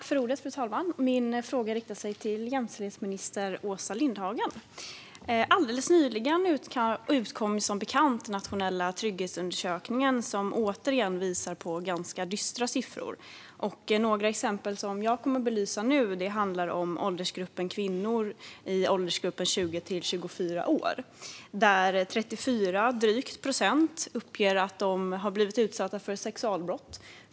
Fru talman! Min fråga riktar sig till jämställdhetsminister Åsa Lindhagen. Alldeles nyligen utkom, som bekant, den nationella trygghetsundersökningen, som återigen visar på ganska dystra siffror. Några exempel som jag kommer att belysa nu handlar om kvinnor i åldersgruppen 20-24 år. Drygt 34 procent uppger att de har blivit utsatta för sexualbrott.